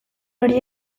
hori